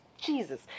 Jesus